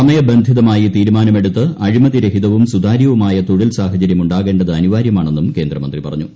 സമയബന്ധിതമായി തീരുമാനം എടുത്ത് അഴിമതിരഹിതവും ്സുത്ര്യവുമായ തൊഴിൽസാഹചര്യം ഉണ്ടാകേണ്ടത് അനിവാര്യമാണെന്നും കേന്ദ്ര്മന്ത്രി പറഞ്ഞു